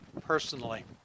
personally